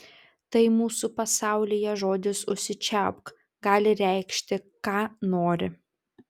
tai mūsų pasaulyje žodis užsičiaupk gali reikšti ką nori